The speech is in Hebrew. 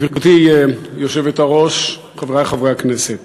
גברתי היושבת-ראש, חברי חברי הכנסת,